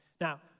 Now